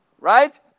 right